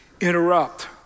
interrupt